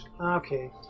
Okay